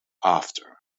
after